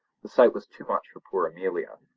the sight was too much for poor amelia,